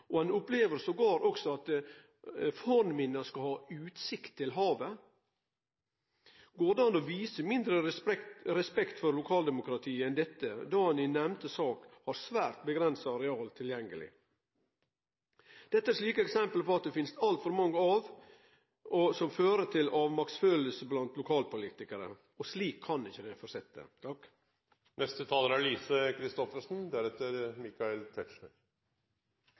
og ein opplevde endåtil at fornminner skulle ha utsikt til havet. Går det an å vise mindre respekt for lokaldemokratiet enn dette, då ein i nemnde sak hadde svært avgrensa areal tilgjengeleg? Det er slike eksempel det finst altfor mange av, og som fører til avmaktsfølelse blant lokalpolitikarar. Slik kan det ikkje fortsette. I går hadde vi en debatt om statlige innsigelser til kommunale planer. I dag